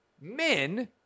men